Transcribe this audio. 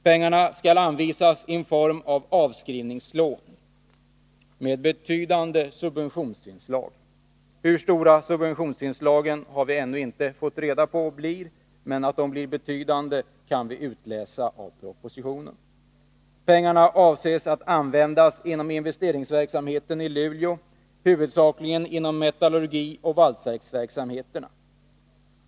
Pengarna skall anvisas i form av avskrivningslån med betydande subventionsinslag. Hur stora subventionsinslagen blir har vi ännu inte fått reda på, men att de blir betydande kan vi utläsa av propositionen. Pengarna avses att användas inom investeringsverksamheten i Luleå, huvudsakligen inom metallurgioch valsverksverksamheterna.